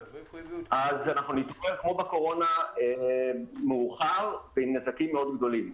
אנחנו ניתפס כמו בקורונה מאוחר ועם נזקים מאוד גדולים.